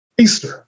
Easter